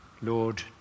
Lord